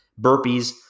burpees